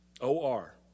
O-R